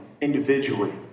individually